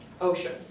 ocean